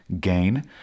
GAIN